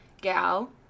gal